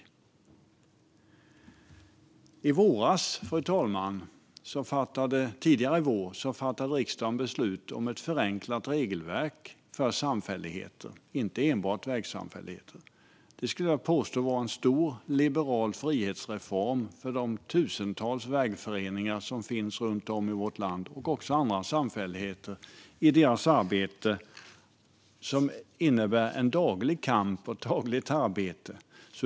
Tidigare under våren fattade, fru talman, riksdagen beslut om ett förenklat regelverk för samfälligheter, inte enbart vägsamfälligheter. Det var, skulle jag vilja påstå, en stor liberal frihetsreform för de tusentals vägföreningar som finns runt om i vårt land, och också för andra samfälligheter, i deras verksamhet, som innebär en daglig kamp och ett dagligt arbete.